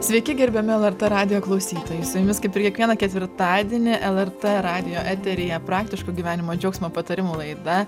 sveiki gerbiami lrt radijo klausytojai su jumis kaip ir kiekvieną ketvirtadienį lrt radijo eteryje praktiško gyvenimo džiaugsmo patarimų laida